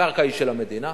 הקרקע היא של המדינה,